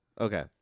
Okay